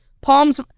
palms